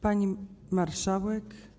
Pani Marszałek!